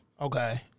Okay